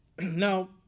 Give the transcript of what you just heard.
Now